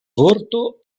vorto